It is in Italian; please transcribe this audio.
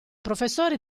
professore